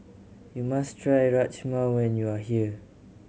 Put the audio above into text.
you must try Rajma when you are here